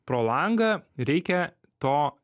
pro langą reikia to